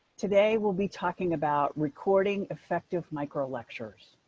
today we'll be talking about recording effective micro lectures.